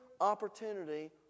opportunity